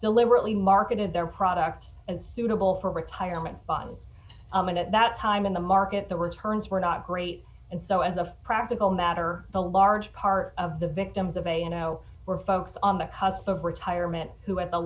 deliberately marketed their products and suitable for retirement funds and at that time in the market the returns were not great and so as a practical matter a large part of the victims of a you know were folks on the cusp of retirement who at the